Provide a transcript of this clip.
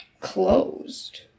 closed